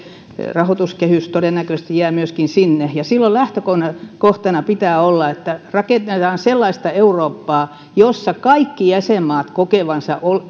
rahoituskehys todennäköisesti jää sinne ja silloin lähtökohtana pitää olla että rakennetaan sellaista eurooppaa jossa kaikki jäsenmaat kokevat